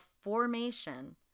formation